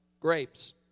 grapes